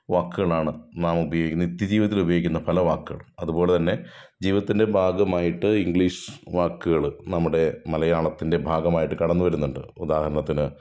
വാക്കുകളാണ് നാം ഉപയോഗിക്കുന്നത് നിത്യ ജീവിതത്തിൽ ഉപയോഗിക്കുന്ന പല വാക്കുകളും അതുപോലെ തന്നെ ജീവിതത്തിൻ്റെ ഭാഗമായിട്ട് ഇംഗ്ലീഷ് വാക്കുകൾ നമ്മുടെ മലയാളത്തിൻ്റെ ഭാഗമായിട്ട് കടന്ന് വരുന്നുണ്ട് ഉദാഹരണമായിട്ട്